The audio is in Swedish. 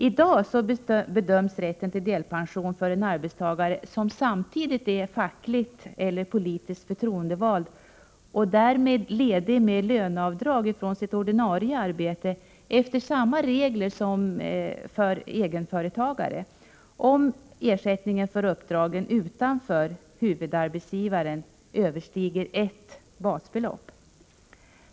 I dag bedöms rätten till delpension för en arbetstagare som samtidigt är fackligt eller politiskt förtroendevald och därmed ledig med löneavdrag från sitt ordinarie arbete efter samma regler som för egenföretagare om ersättningen för uppdragen utanför huvudarbetsgivaren överstiger ett basbelopp.